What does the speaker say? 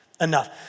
enough